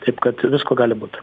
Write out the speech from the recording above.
taip kad visko gali būt